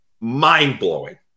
mind-blowing